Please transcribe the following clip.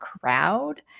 crowd